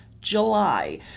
July